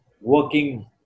working